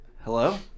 Hello